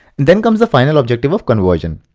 then comes the final objective of conversion.